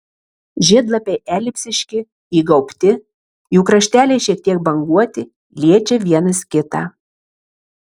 žiedlapiai elipsiški įgaubti jų krašteliai šiek tiek banguoti liečia vienas kitą